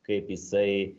kaip jisai